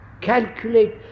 calculate